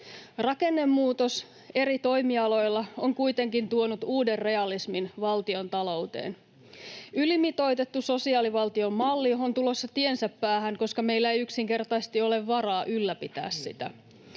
Rakennemuutos eri toimialoilla on kuitenkin tuonut uuden realismin valtiontalouteen. Ylimitoitettu sosiaalivaltion malli on tulossa tiensä päähän, koska meillä ei yksinkertaisesti ole varaa ylläpitää sitä.